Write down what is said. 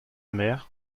mère